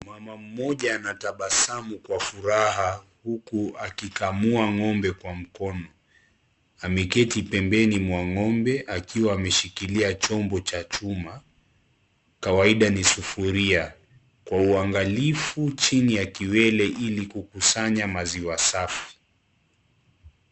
Mama mmoja anatabasamu kwa furaha huku akikamua ng'ombe kwa mkono. Ameketi bembeni mwa ng'ombe akiwa ameshikilia chombo cha chuma, kawaida ni sufuria. Kwa uangalifu chini ya kiwele ili kukusanya maziwa safi.